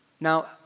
Now